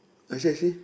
I see I see